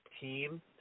team